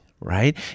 right